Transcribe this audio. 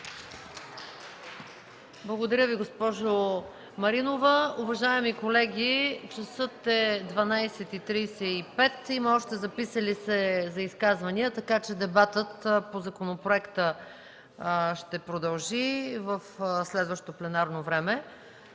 Благодаря Ви, госпожо Маринова. Уважаеми колеги, часът е 12,35. Има още записали се за изказвания, така че дебатът по законопроекта ще продължи в следващо пленарно време,